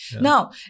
Now